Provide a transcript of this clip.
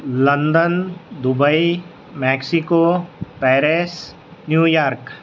London Dubai Mexico Paris New York